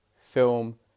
film